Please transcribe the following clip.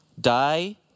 die